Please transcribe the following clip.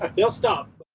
ah you'll stop.